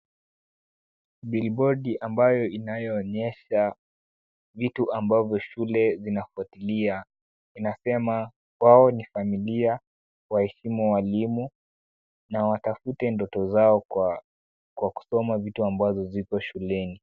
Bilibodi ambayo inayo onyesha vitu ambavyo shule zinafuatilia. Inasema wao ni familia, waheshimu walimu na watafute ndoto zao kwa kusoma vitu ambazo zipo shuleni.